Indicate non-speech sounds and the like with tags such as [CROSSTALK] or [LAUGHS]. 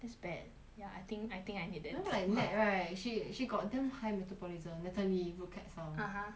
that's bad ya I think I think I need that too [LAUGHS] you know like nat right she she got damn high metabolism natalie vocab song (uh huh)